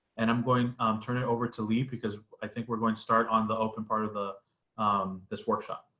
and i'm going um turn it over to le because i think we're going to start on the open part of the this workshop.